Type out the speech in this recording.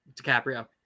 DiCaprio